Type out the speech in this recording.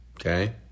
Okay